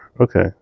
Okay